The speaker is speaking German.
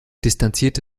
distanzierte